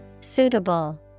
Suitable